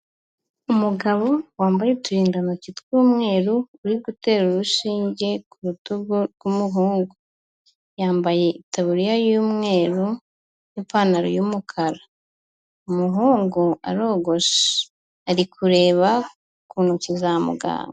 Umugabo wambaye uturindantoki tw'umweru uri gutera urushinge ku rutugu rw'umuhungu yambaye, itaburiya y'umweru n'ipantaro y'umukara umuhungu arogoshe ari kureba ku ntoki za muganga.